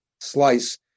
slice